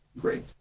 great